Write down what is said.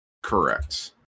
Correct